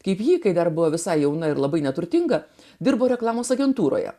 kaip jį kai dar buvo visai jauna ir labai neturtinga dirbo reklamos agentūroje